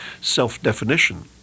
self-definition